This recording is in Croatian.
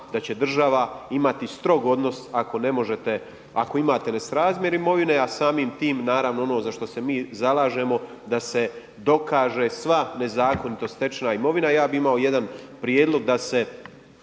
da će država imati strog odnos ako ne možete, ako imate nesrazmjer imovine a samim tim naravno ono za što se mi zalažemo da se dokaže sva nezakonito stečena imovina. I ja bi imao jedan prijedlog da se